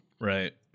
right